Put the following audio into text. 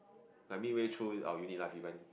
I mean way through our unit lah even